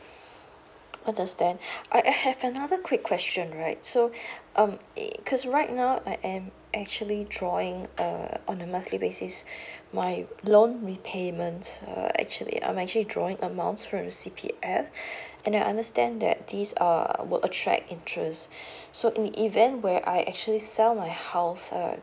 understand I I have another quick question right so um eh because right now I'm actually drawing err on a monthly basis my loan repayments uh actually I'm actually drawing amounts from C_P_F and I understand that this um will attract interest so in the event where I actually sell my house err